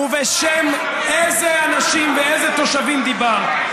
ובשם איזה אנשים ואיזה תושבים דיברת?